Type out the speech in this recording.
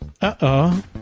Uh-oh